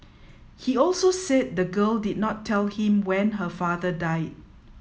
he also said the girl did not tell him when her father died